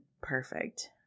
perfect